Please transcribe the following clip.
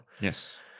Yes